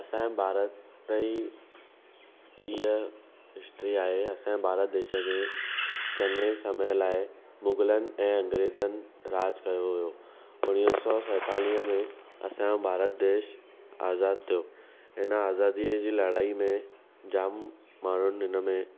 असांजे भारत जी इहा हिस्ट्री आहे असांजे भारत देश खे चङे समय लाइ मुगलनि ऐं अंग्रेज़नि राज कयो हुयो उणिवीह सौ सतेतालीह में असांजो भारत देश आज़ादु थिओ हिन अज़ादीअ जी लड़ाईअ में जाम माण्हुनि हिन मेंं